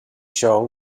show